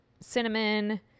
cinnamon